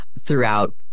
throughout